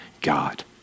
God